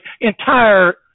entire